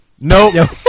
Nope